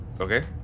Okay